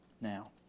Now